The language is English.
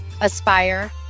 aspire